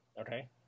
Okay